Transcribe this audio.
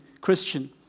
Christian